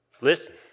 listen